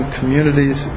communities